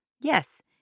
Yes